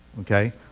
Okay